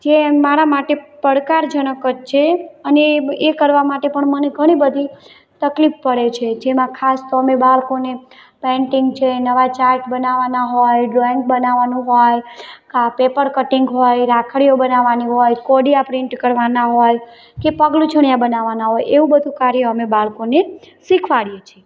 જે મારા માટે પડકારજનક જ છે અને બ એ કરવા માટે પણ મને ઘણી બધી તકલીફ પડે છે જેમાં ખાસ તો અમે બાળકોને પેંટિંગ છે નવા ચાર્ટ બનાવવાના હોય ડ્રોઈંગ બનાવવાનું હોય કા પેપર કટિંગ હોય રાખડીઓ બનાવવાની હોય કોડિયા પ્રિન્ટ કરવાનાં હોય કે પગલૂછણિયા બનાવવાનાં હોય એવું બધુ કાર્ય અમે બાળકોને શીખવાડીએ છે